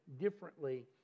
differently